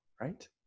right